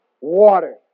water